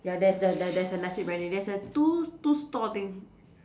ya there's a there there's a nasi-biryani there's a two two store thing